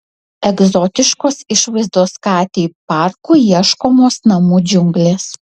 egzotiškos išvaizdos katei parku ieškomos namų džiunglės